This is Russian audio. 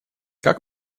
как